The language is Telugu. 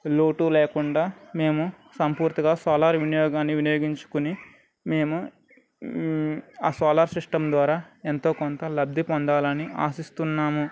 లోటు లేకుండా మేము సంపూర్తిగా సోలార్ వినియోగాన్ని వినియోగించుకుని మేము ఆ సోలార్ సిస్టం ద్వారా ఎంతో కొంత లబ్ధి పొందాలి అని ఆశిస్తున్నాము